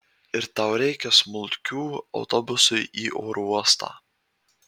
ir tau reikia smulkių autobusui į oro uostą